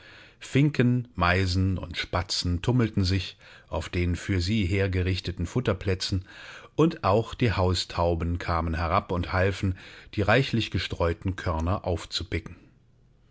finken meisen und spatzen tummelten sich auf den für sie hergerichteten futterplätzen und auch die haustauben kamen herab und halfen die reichlich gestreuten körner aufpicken